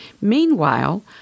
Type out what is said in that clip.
Meanwhile